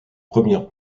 premières